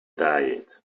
diet